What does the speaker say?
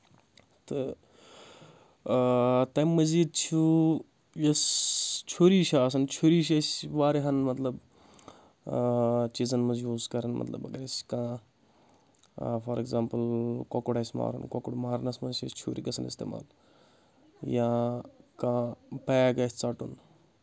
تہٕ آ تمہِ مٔزیٖد چھُ یۄس چھُری چھِ آسان چھُری چھِ أسۍ واریَہَن مطلب آ چیٖزَن منٛز یوٗز کَران مطلب اگر أسۍ کانٛہہ فار ایٚگزامپٕل کۄکُر آسہِ مارُن کۄکُر مارنَس منٛز چھِ أسۍ چھُرۍ گَژھان استعمال یا کانٛہہ بیگ آسہِ ژَٹُن